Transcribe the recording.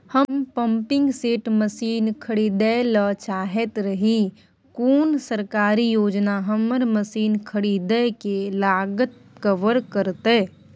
हम pumping set मसीन खरीदैय ल चाहैत रही कोन सरकारी योजना हमर मसीन खरीदय के लागत कवर करतय?